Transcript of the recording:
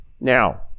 Now